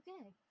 okay